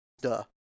duh